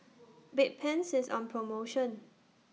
Bedpans IS on promotion